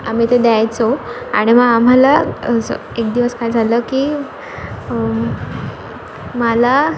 आम्ही ते द्यायचो आणि मग आम्हाला असं एक दिवस काय झालं की मला